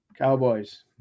Cowboys